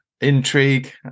intrigue